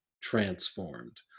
transformed